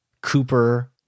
Cooper